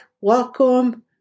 welcome